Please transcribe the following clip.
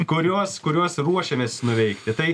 kuriuos kuriuos ruošiamės nuveikti tai